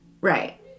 Right